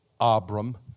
Abram